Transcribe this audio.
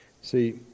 See